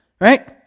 Right